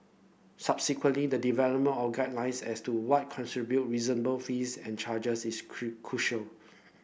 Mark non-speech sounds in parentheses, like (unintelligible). subsequently the development of guidelines as to what (unintelligible) reasonable fees and charges is (unintelligible) crucial